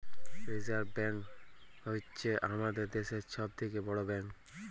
reserve bank হ্য়চ্ছ হামাদের দ্যাশের সব থেক্যে বড় ব্যাঙ্ক